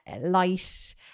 light